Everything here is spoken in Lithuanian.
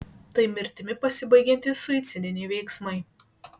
tai mirtimi pasibaigiantys suicidiniai veiksmai